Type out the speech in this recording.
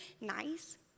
nice